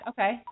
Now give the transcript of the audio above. Okay